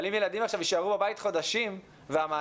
אבל אם ילדים עכשיו יישארו בבית חודשים והמענה